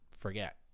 forget